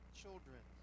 children